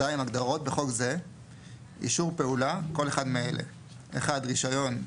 הגדרות בחוק זה - "אישור פעולה" - כל אחד מאלה: רישיון,